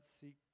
seek